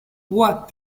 what